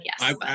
yes